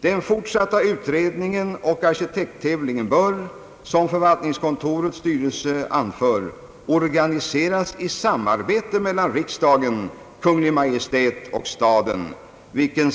Den fortsatta utredningen och arkitekttävlingen bör, såsom =<förvaltningskontorets styrelse anför, organiseras ”i samarbete mellan riksdagen, Kungl. Maj:t och staden”, vilken